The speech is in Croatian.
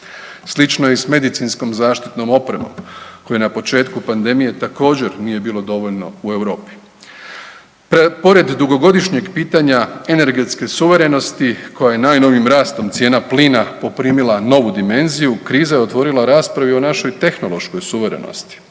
Slično je i sa medicinskom zaštitnom opremom koje na početku pandemije također nije bilo dovoljno u Europi. Pored dugogodišnjeg pitanja energetske suverenosti koja je najnovijim rastom cijena plina poprimila novu dimenziju, kriza je otvorila raspravu o našoj tehnološkoj suverenosti.